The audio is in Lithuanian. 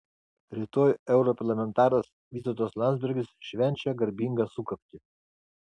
rytoj europarlamentaras vytautas landsbergis švenčia garbingą sukaktį